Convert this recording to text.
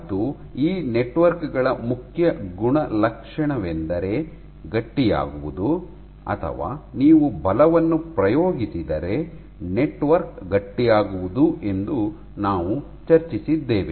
ಮತ್ತು ಈ ನೆಟ್ವರ್ಕ್ ಗಳ ಮುಖ್ಯ ಗುಣಲಕ್ಷಣವೆಂದರೆ ಗಟ್ಟಿಯಾಗುವುದು ಅಥವಾ ನೀವು ಬಲವನ್ನು ಪ್ರಯೋಗಿಸಿದರೆ ನೆಟ್ವರ್ಕ್ ಗಟ್ಟಿಯಾಗುವುದು ಎಂದು ನಾವು ಚರ್ಚಿಸಿದ್ದೇವೆ